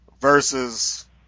versus